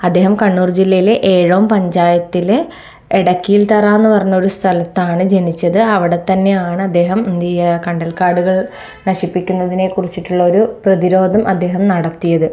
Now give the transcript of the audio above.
അദ്ദേഹം കണ്ണൂർ ജില്ലയിലെ ഏഴാം പഞ്ചായത്തിലെ എടക്കിയിൽ തറ എന്ന് പറഞ്ഞൊരു സ്ഥലത്താണ് ജനിച്ചത് അവിടെ തന്നെയാണ് അദ്ദേഹം എന്തെയ്യാ കണ്ടൽക്കാടുകൾ നശിപ്പിക്കുന്നതിനെ കുറിച്ചിട്ടുള്ളൊരു പ്രതിരോധം അദ്ദേഹം നടത്തിയത്